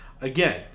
Again